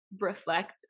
reflect